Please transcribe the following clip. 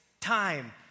Time